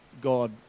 God